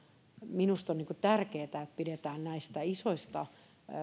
minusta on tärkeätä että pidetään näistä isoista